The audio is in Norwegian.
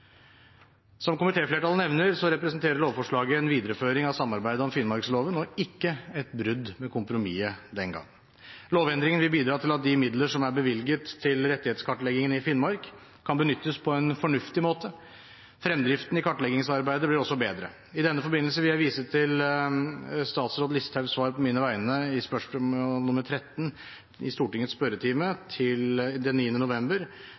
Som komitéflertallet nevner, representerer lovforslaget en videreføring av samarbeidet om finnmarksloven og ikke et brudd med kompromisset den gang. Lovendringen vil bidra til at de midler som er bevilget til rettighetskartleggingen i Finnmark, kan benyttes på en fornuftig måte. Fremdriften i kartleggingsarbeidet blir også bedre. I denne forbindelse vil jeg vise til statsråd Listhaugs svar på mine vegne på spørsmål 13 i Stortingets spørretime den 9. november